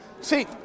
See